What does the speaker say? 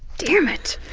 dammit!